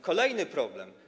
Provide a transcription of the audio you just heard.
Kolejny problem.